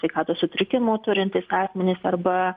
sveikatos sutrikimų turintys asmenys arba